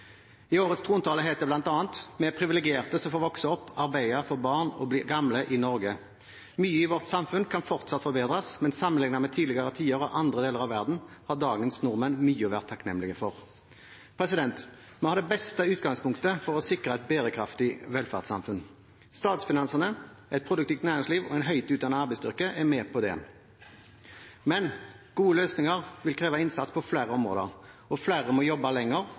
I årets trontale heter det bl.a.: «Vi er privilegerte som får vokse opp, arbeide, få barn og bli gamle i Norge. Mye i vårt samfunn kan fortsatt forbedres, men sammenlignet med tidligere tider og andre deler av verden, har dagens nordmenn mye å være takknemlige for.» Vi har det beste utgangspunktet for å sikre et bærekraftig velferdssamfunn. Statsfinansene, et produktivt næringsliv og en høyt utdannet arbeidsstyrke er med på det. Men gode løsninger vil kreve innsats på flere områder, flere må jobbe lenger,